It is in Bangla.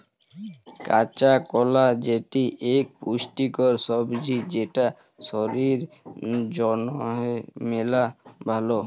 কাঁচা কলা যেটি ইক পুষ্টিকর সবজি যেটা শরীর জনহে মেলা ভাল